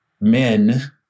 men